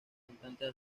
cantantes